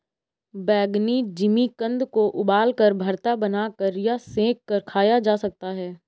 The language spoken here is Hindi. बैंगनी जिमीकंद को उबालकर, भरता बनाकर या सेंक कर खाया जा सकता है